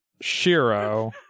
Shiro